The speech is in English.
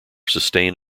sustain